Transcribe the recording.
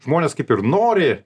žmonės kaip ir nori